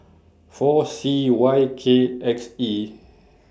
four C Y K X E